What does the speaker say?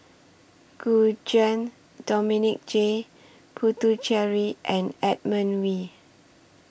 Gu Juan Dominic J Puthucheary and Edmund Wee